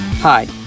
Hi